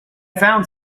found